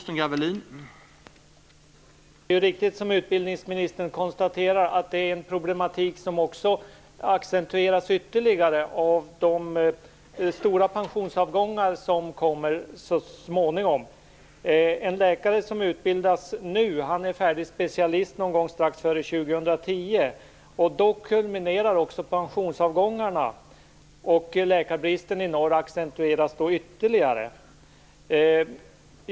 Herr talman! Det är riktigt, som utbildningsministern konstaterar, att det här är en problematik som ytterligare accentueras av de stora pensionsavgångar som kommer så småningom. En läkare som utbildas nu är färdig specialist någon gång strax före år 2010. Då kulminerar också pensionsavgångarna, och läkarbristen i norr accentueras då ytterligare.